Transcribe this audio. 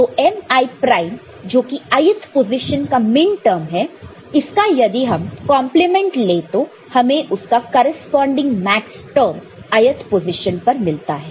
तो mi prime जो की ith पोजीशन का मिनटर्म है इसका यदि हम कंपलीमेंट ले तो हमें उसका करेस्पॉन्डिंग मैक्सटर्म ith पोजीशन पर मिलता है